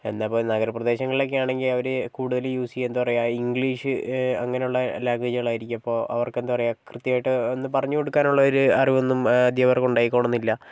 എന്നാൽ ഇപ്പോൾ നഗരപ്രദേശങ്ങളിൽ ഒക്കെയാണെങ്കിൽ അവർ കൂടുതൽ യൂസ് ചെയ്യുക എന്താണ് പറയുക ഇംഗ്ലീഷ് അങ്ങനെയുള്ള ലാങ്ക്വേജുകൾ ആയിരിക്കും അപ്പോൾ അവർക്ക് എന്താണ് പറയുക കൃത്യമായിട്ട് പറഞ്ഞുകൊടുക്കാനുള്ള ഒരു അറിവൊന്നും അധ്യാപകർക്ക് ഉണ്ടായിക്കോണമെന്നില്ല